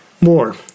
More